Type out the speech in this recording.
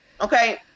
okay